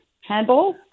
handball